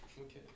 okay